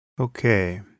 Okay